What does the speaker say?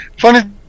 Funny